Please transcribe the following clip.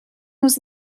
was